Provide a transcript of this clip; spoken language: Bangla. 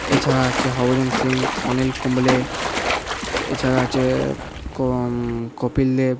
এছাড়া আছে হরভজন সিং অনিল কুম্বলে এছাড়া আছে কপিল দেব